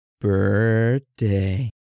birthday